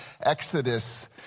Exodus